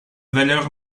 valeur